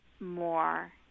more